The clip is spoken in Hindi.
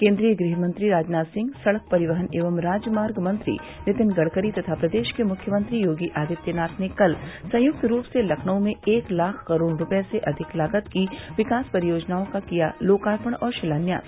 केन्द्रीय गृहमंत्री राजनाथ सिंह सड़क परिवहन एवं राजमार्ग मंत्री नितिन गड़करी तथा प्रदेश के मुख्यमंत्री योगी आदित्यनाथ ने कल संयुक्त रूप से लखनऊ में एक लाख करोड़ रूपये से अधिक लागत की विकास परियोजनाओं का किया लोकार्पण और शिलान्यास